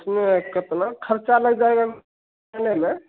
उसमें कतना ख़र्चा लग जाएगा में